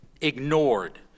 ignored